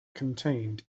contained